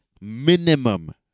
minimum